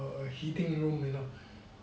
a heating room you know